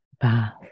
bath